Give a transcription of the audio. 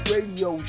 Radio